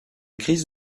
grise